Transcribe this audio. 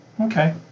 Okay